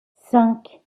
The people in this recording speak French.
cinq